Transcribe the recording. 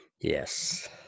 Yes